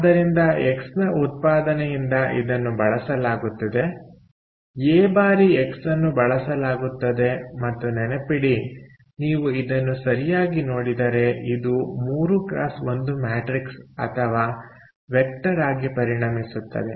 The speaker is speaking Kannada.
ಆದ್ದರಿಂದಎಕ್ಸ್ ನ ಉತ್ಪಾದನೆಯಿಂದ ಇದನ್ನು ಬಳಸಲಾಗುತ್ತಿದೆ ಎ ಬಾರಿ ಎಕ್ಸ್ ಅನ್ನು ಬಳಸಲಾಗುತ್ತದೆ ಮತ್ತು ನೆನಪಿಡಿ ನೀವು ಇದನ್ನು ಸರಿಯಾಗಿ ನೋಡಿದರೆ ಇದು 3x1 ಮ್ಯಾಟ್ರಿಕ್ಸ್ ಅಥವಾ ವೆಕ್ಟರ್ ಆಗಿ ಪರಿಣಮಿಸುತ್ತದೆ